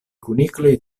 kunikloj